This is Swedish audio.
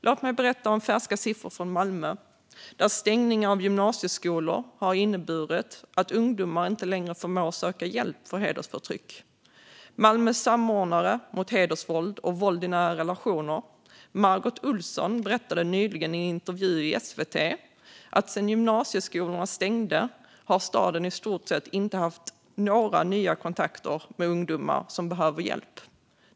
Låt mig berätta om färska siffror från Malmö, där stängningen av gymnasieskolor har inneburit att ungdomar inte längre förmår söka hjälp för hedersförtryck. Malmös samordnare mot hedersvåld och våld i nära relationer, Margot Olsson, berättade nyligen i en intervju i SVT att sedan gymnasieskolorna stängde har staden i stort sett inte haft några nya kontakter med ungdomar som behöver hjälp.